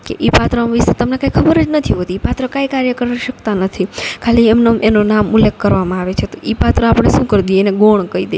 કે ઇ પાત્ર વિશે તમને કાંઇ ખબર જ નથી હોતી ઈ પાત્ર કાંય કાર્ય કરી શકતા નથી ખાલી એમનેમ એનો નામ ઉલ્લેખ કરવામાં આવે છે તો ઈ પાત્ર આપળે શું કરી દઈએ એને ગૌણ કઈ દઈએ